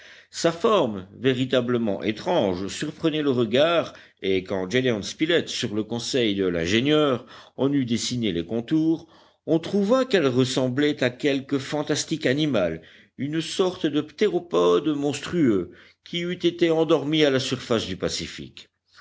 sa forme véritablement étrange surprenait le regard et quand gédéon spilett sur le conseil de l'ingénieur en eut dessiné les contours on trouva qu'elle ressemblait à quelque fantastique animal une sorte de ptéropode monstrueux qui eût été endormi à la surface du pacifique